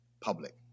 public